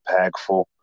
impactful